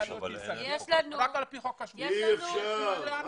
אי אפשר --- סגן השר לביטחון הפנים